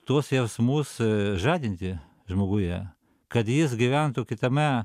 tuos jausmus žadinti žmoguje kad jis gyventų kitame